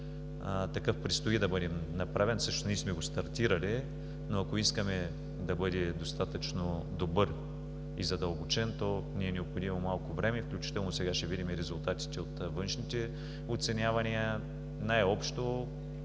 такъв предстои да бъде направен. Всъщност ние сме го стартирали, но ако искаме да бъде достатъчно добър и задълбочен, то ни е необходимо малко време, включително сега ще видим и резултатите от външните оценявания. Най-общо